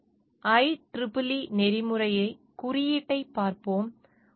எனவே IEEE நெறிமுறைக் குறியீட்டைப் பார்ப்போம்